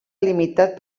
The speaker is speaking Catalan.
limitat